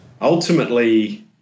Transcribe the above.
ultimately